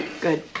good